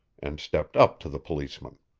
and stepped up to the policeman.